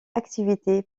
activité